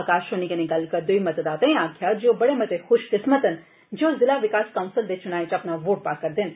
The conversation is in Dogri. आकाशवाणी कन्नै गल्ल करदे होई मतदाताएं आक्खेआ जे ओ बड़े मते खुश किस्मत न जे ओ जिला विकास कौंसल दे चुनाएं च अपना वोट पा'रदे न